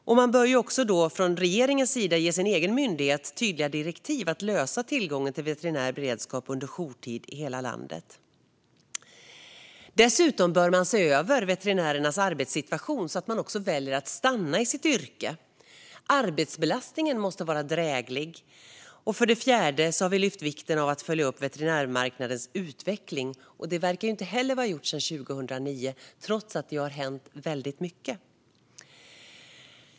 Regeringen bör också ge sin egen myndighet tydliga direktiv när det gäller att lösa tillgången till veterinär beredskap under jourtid i hela landet. Dessutom bör man se över veterinärernas arbetssituation, så att de väljer att stanna i sitt yrke. Arbetsbelastningen måste vara dräglig. Vi har också lyft fram vikten av att följa upp veterinärmarknadens utveckling. Det verkar inte heller vara gjort sedan 2009, trots att det har hänt väldigt mycket.